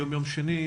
היום יום שני,